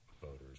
voters